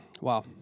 wow